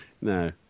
no